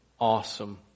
awesome